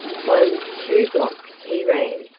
one, two blocks he ran,